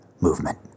movement